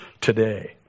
today